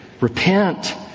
Repent